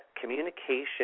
communication